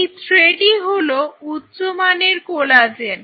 এই থ্রেডই হলো উচ্চমানের কোলাজেন